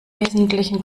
wesentlichen